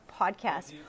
Podcast